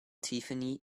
tiffany